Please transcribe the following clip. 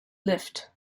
lift